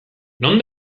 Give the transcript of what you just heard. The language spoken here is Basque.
non